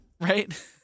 right